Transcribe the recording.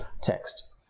text